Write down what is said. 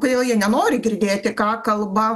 kodėl jie nenori girdėti ką kalba